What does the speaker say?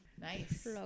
Nice